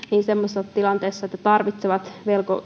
semmoisessa tilanteessa että he tarvitsevat